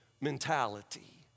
mentality